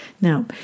Now